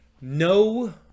No